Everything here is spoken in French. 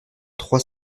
trois